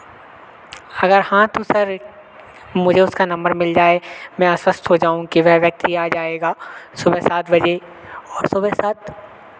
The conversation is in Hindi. अगर हाँ तो सर मुझे उसका नम्बर मिल जाय मैं आश्वस्त हो जाऊँ कि वह व्यक्ति आ जाएगा सुबह सात बजे और सुबह सात